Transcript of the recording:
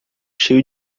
cheio